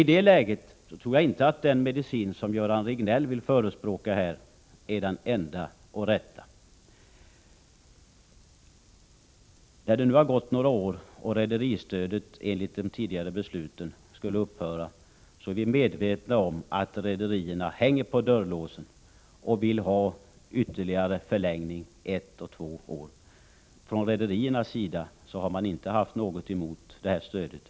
I det läget tror jag inte att den medicin som Göran Riegnell har förespråkat här är den enda och rätta. Vi är nu när det har gått några år och rederistödet enligt fattade beslut skulle upphöra medvetna om att rederierna hänger på låset och vill ha en ytterligare förlängning med ett eller två år. Från rederiernas sida har man inte haft något emot det stöd som finns.